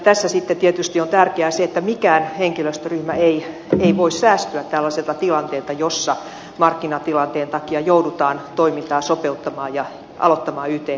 tässä sitten tietysti on tärkeää se että mikään henkilöstöryhmä ei voi säästyä tällaiselta tilanteelta jossa markkinatilanteen takia joudutaan toimintaa sopeuttamaan ja aloittamaan yt neuvottelut